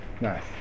Nice